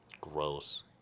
Gross